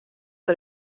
dêr